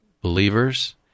believers